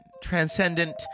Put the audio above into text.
transcendent